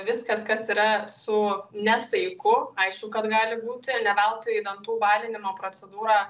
viskas kas yra su nesaiku aišku kad gali būti ne veltui dantų balinimo procedūrą